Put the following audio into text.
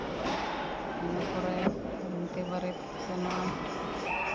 ᱤᱱᱟᱹ ᱯᱚᱨᱮ ᱞᱩᱝᱛᱤ ᱵᱟᱨᱮᱛ ᱠᱚ ᱥᱮᱱᱚᱜᱼᱟ